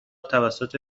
توسط